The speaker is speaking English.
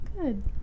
Good